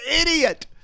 idiot